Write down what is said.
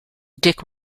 dick